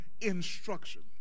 instruction